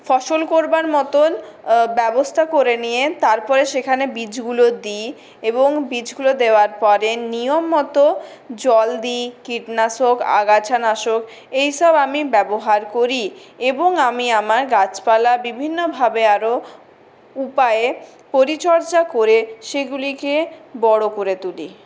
ফসল করবার মতন ব্যবস্থা করে নিয়ে তারপরে সেখানে বীজগুলো দিই এবং বীজগুলো দেওয়ার পরে নিয়ম মতো জল দিই কীটনাশক আগাছানাশক এইসব আমি ব্যবহার করি এবং আমি আমার গাছপালা বিভিন্ন ভাবে আরও উপায়ে পরিচর্যা করে সেগুলিকে বড়ো করে তুলি